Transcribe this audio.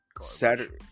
Saturday